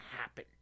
happen